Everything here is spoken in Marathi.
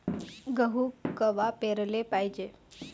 गहू कवा पेराले पायजे?